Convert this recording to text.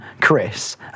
Chris